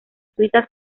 suiza